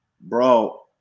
Bro